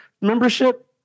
membership